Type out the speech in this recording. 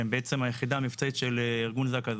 שהם בעצם היחידה המבצעית של ארגון זק"א,